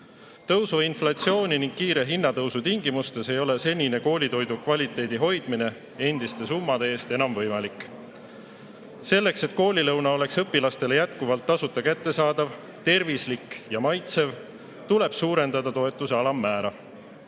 Tõusva inflatsiooni ning kiire hinnatõusu tingimustes ei ole senine koolitoidu kvaliteedi hoidmine endiste summade eest enam võimalik. Selleks, et koolilõuna oleks õpilastele jätkuvalt tasuta kättesaadav, tervislik ja maitsev, tuleb suurendada toetuse alammäära.